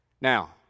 Now